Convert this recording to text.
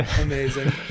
amazing